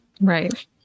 Right